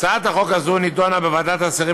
הצעת החוק הזאת נדונה בוועדת השרים